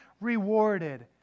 rewarded